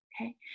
Okay